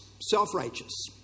self-righteous